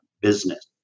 business